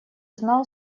знал